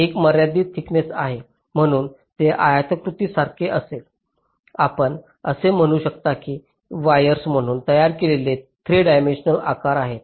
एक मर्यादित थिकनेस आहे म्हणून ते आयताकृती सारखे असेल आपण असे म्हणू शकता की वायर म्हणून तयार केलेले 3 डिमेंसीओनल आकार आहेत